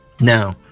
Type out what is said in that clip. Now